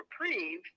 reprieve